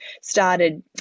started